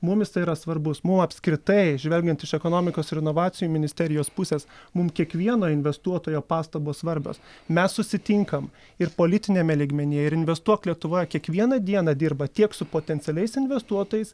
mum jisai yra svarbus mum apskritai žvelgiant iš ekonomikos ir inovacijų ministerijos pusės mum kiekvieno investuotojo pastabos svarbios mes susitinkam ir politiniame lygmenyje ir investuok lietuvoje kiekvieną dieną dirba tiek su potencialiais investuotojais